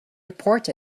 report